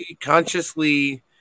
consciously